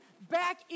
back